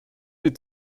die